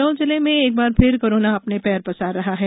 शहडोल जिले में एक बार फिर कोरोना अपने पैर पसार रहा है